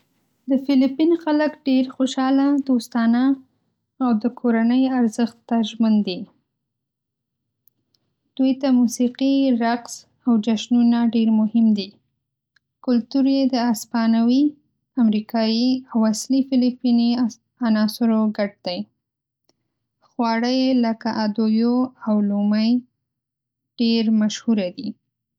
د فلیپین خلک ډېر خوشاله، دوستانه او د کورنۍ ارزښت ته ژمن دي. دوی ته موسیقي، رقص او جشنونه ډېر مهم دي. کلتور یې د اسپانوي، امریکايي او اصلي فلیپیني عناصرو ګډ دی. خواړه یې لکه "ادوبو" او "لومی" ډېر مشهوره دي.